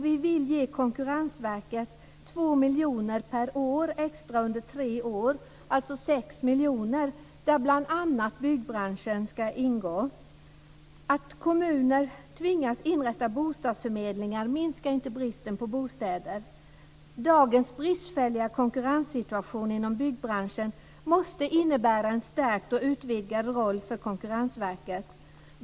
Vi vill ge Konkurrensverket 2 miljoner extra per år under tre år, alltså sammanlagt 6 miljoner kronor, som bl.a. berör byggbranschen. Att kommuner tvingas inrätta bostadsförmedlingar minskar inte bristen på bostäder. Dagens bristfälliga konkurrenssituation inom byggbranschen måste innebära en stärkt och utvidgad roll för Konkurrensverket.